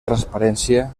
transparència